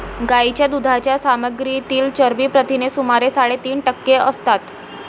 गायीच्या दुधाच्या सामग्रीतील चरबी प्रथिने सुमारे साडेतीन टक्के असतात